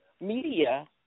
media